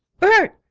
bert!